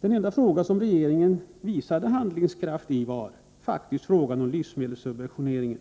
Den enda fråga i vilken regeringen visade handlingskraft var faktiskt frågan om livsmedelssubventioneringen.